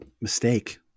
mistake